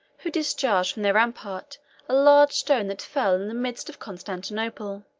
who discharged from their rampart a large stone that fell in the midst of constantinople.